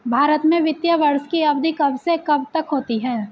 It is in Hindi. भारत में वित्तीय वर्ष की अवधि कब से कब तक होती है?